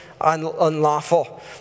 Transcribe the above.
unlawful